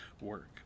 work